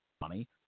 money